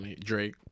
Drake